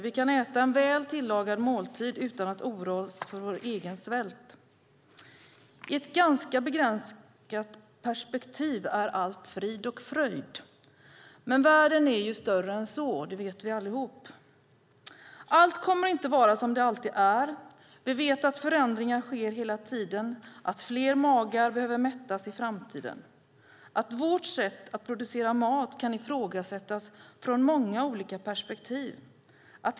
Vi kan äta en väl tillagad måltid utan att oroa oss för vår egen svält. I ett ganska begränsat perspektiv är allt frid och fröjd, men världen är större än så. Det vet vi allihop. Allt kommer inte alltid att vara som det är. Vi vet att förändringar sker hela tiden. Fler magar behöver mättas i framtiden. Vårt sätt att producera mat kan ifrågasättas ur många olika perspektiv.